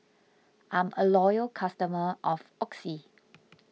I'm a loyal customer of Oxy